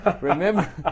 Remember